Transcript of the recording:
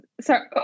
sorry